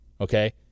okay